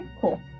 cool